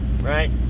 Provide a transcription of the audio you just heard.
right